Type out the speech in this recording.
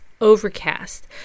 Overcast